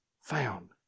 found